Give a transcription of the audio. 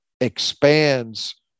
expands